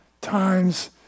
times